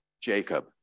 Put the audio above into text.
Jacob